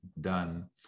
done